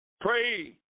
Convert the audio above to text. Pray